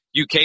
UK